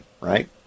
right